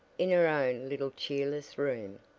in her own little cheerless room.